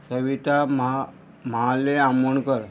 एविता म्हा म्हालय आमोणकर